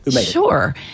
Sure